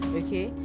okay